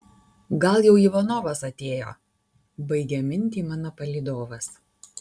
gal jau ivanovas atėjo baigia mintį mano palydovas